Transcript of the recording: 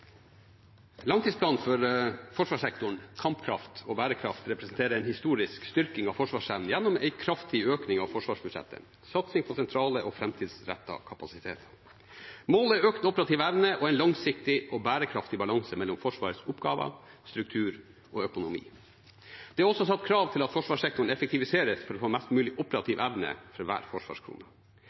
Langtidsplanen for forsvarssektoren, «Kampkraft og bærekraft», representerer en historisk styrking av forsvarsevnen gjennom en kraftig økning av forsvarsbudsjettet og satsing på sentrale og framtidsrettede kapasiteter. Målet er økt operativ evne og en langsiktig og bærekraftig balanse mellom Forsvarets oppgaver, struktur og økonomi. Det er også stilt krav om at forsvarssektoren effektiviseres, for å få mest mulig operativ evne for hver forsvarskrone.